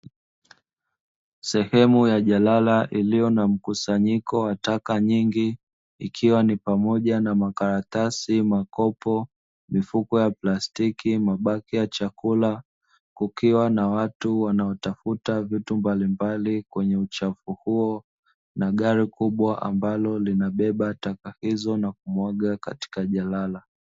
Sehemu ya jalala iliyo na mkusanyiko wa taka nyingi ikiwa ni pamoja na makaratasi, makopo, mifuko ya plastiki, mabaki ya chakula, kukiwa na watu wanaotafuta vitu mbalimbali kwenye uchafu huo na gari kubwa ambalo linabeba taka hizo na kumwaga katika jalala.